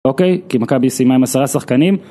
אוקיי, כי מכבי סיימה עם 10 שחקנים